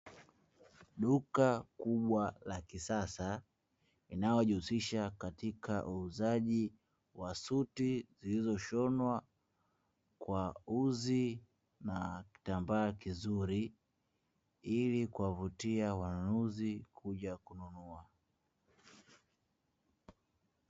Duka kubwa la kisasa, linalojihusisha katika uuzaji wa suti zilizoshonwa kwa uzi na kitambaa kizuri, ili kuwavutia wanunuzi kuja kununua.